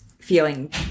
Feeling